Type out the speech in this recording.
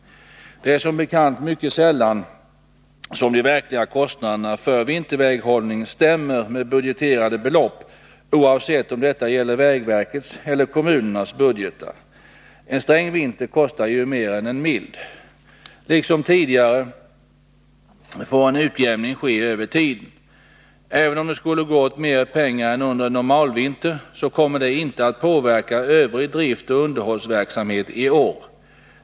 Det är som bekant mycket sällan som de verkliga kostnaderna för vinterväghållning stämmer med budgeterade belopp, oavsett om detta gäller vägverkets eller kommunernas budgetar. En sträng vinter kostar ju mer än en mild. Liksom tidigare får en utjämning ske över tiden. Även om det skulle gå åt mer pengar än under en normalvinter, så kommer det inte att påverka övrig driftoch underhållsverksamhet i år.